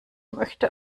möchte